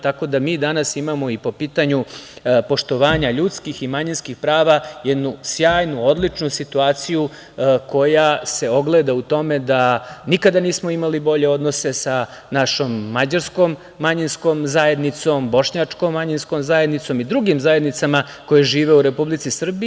Tako da mi danas imamo i po pitanju poštovanja ljudskih i manjinskih prava jednu sjajnu, odličnu situaciju koja se ogleda u tome da nikada nismo imali bolje odnose sa našom mađarskom manjinskom zajednicom, bošnjačkom manjinskom zajednicom i drugim zajednicama koje žive u Republici Srbiji.